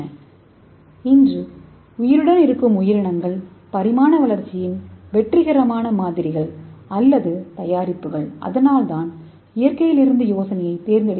அதனால் தான் இயற்கையிலிருந்து யோசனையைத் தேர்ந்தெடுக்கிறோம் ஏனெனில் இன்று உயிருடன் இருக்கும் உயிரினங்கள் பரிணாமவளர்ச்சியின் வெற்றிகரமான மாதிரிகள் அல்லது தயாரிப்புகள்